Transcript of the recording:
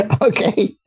okay